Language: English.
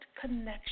connection